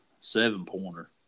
seven-pointer